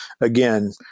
again